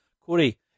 Corey